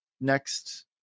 next